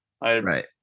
Right